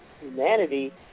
humanity